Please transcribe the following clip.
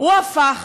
הוא הפך,